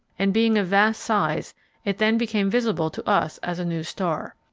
and being of vast size it then became visible to us as a new star.